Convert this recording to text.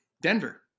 Denver